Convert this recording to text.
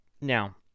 Now